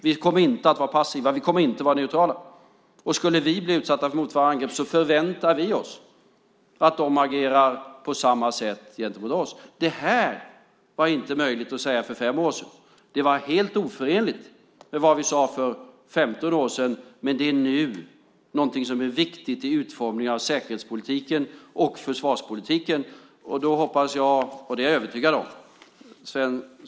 Vi kommer inte att vara passiva. Vi kommer inte att vara neutrala. Om vi skulle bli utsatta för motsvarande angrepp förväntar vi oss att de agerar på samma sätt gentemot oss. Det här var inte möjligt att säga för fem år sedan. Det är helt oförenligt med vad vi sade för 15 år sedan. Nu är det något som är viktigt i utformningen av säkerhetspolitiken och försvarspolitiken.